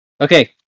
Okay